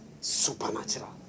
Supernatural